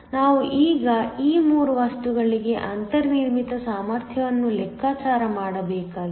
ಆದ್ದರಿಂದ ನಾವು ಈಗ ಈ 3 ವಸ್ತುಗಳಿಗೆ ಅಂತರ್ನಿರ್ಮಿತ ಸಾಮರ್ಥ್ಯವನ್ನು ಲೆಕ್ಕಾಚಾರ ಮಾಡಬೇಕಾಗಿದೆ